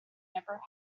never